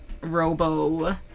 robo